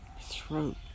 throat